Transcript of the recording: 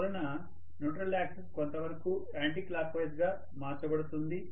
అందువలన neutral axis కొంతవరకు anti clockwise గా మార్చబడుతుంది